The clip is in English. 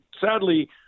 sadly